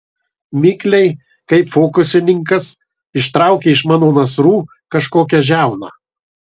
mikliai kaip fokusininkas ištraukė iš mano nasrų kažkokią žiauną